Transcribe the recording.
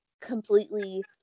completely –